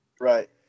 Right